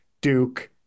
Duke